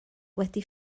wedi